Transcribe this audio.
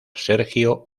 sergio